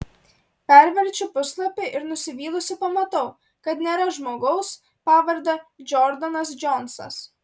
perverčiu puslapį ir nusivylusi pamatau kad nėra žmogaus pavarde džordanas džonsas